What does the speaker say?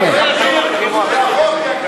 מה עם מע"מ אפס?